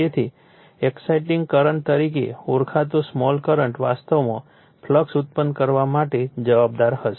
તેથી exciting current તરીકે ઓળખાતો સ્મોલ કરંટ વાસ્તવમાં ફ્લક્સ ઉત્પન્ન કરવા માટે જવાબદાર હશે